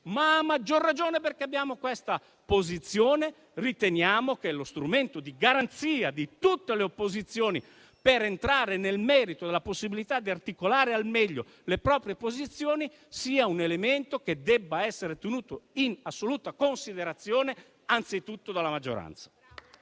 a maggior ragione perché abbiamo questa posizione riteniamo che lo strumento di garanzia di tutte le opposizioni per entrare nel merito della possibilità di articolare al meglio le proprie posizioni sia un elemento che debba essere tenuto in assoluta considerazione anzitutto dalla maggioranza.